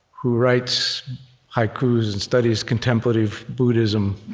who writes haikus and studies contemplative buddhism,